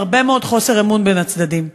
עם הרבה מאוד חוסר אמון בין הצדדים.